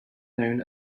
known